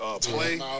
play